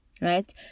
right